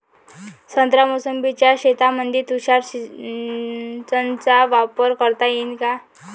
संत्रा मोसंबीच्या शेतामंदी तुषार सिंचनचा वापर करता येईन का?